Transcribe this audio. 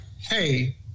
hey